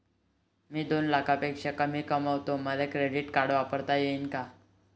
मी दोन लाखापेक्षा कमी कमावतो, मले क्रेडिट कार्ड वापरता येईन का?